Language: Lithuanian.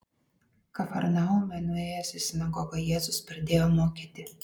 kafarnaume nuėjęs į sinagogą jėzus pradėjo mokyti